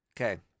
Okay